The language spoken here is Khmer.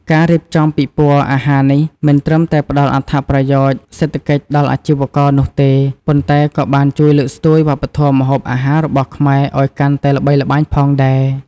ការរៀបចំពិព័រណ៍អាហារនេះមិនត្រឹមតែផ្ដល់អត្ថប្រយោជន៍សេដ្ឋកិច្ចដល់អាជីវករនោះទេ ប៉ុន្តែក៏បានជួយលើកស្ទួយវប្បធម៌ម្ហូបអាហាររបស់ខ្មែរឲ្យកាន់តែល្បីល្បាញផងដែរ។